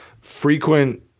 frequent